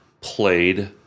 played